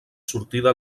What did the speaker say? sortida